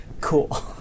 Cool